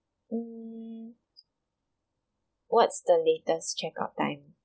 mm what's the latest check out time